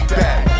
back